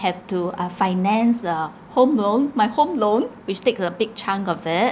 have to uh finance uh home loan my home loan which takes a big chunk of it